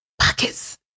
Pockets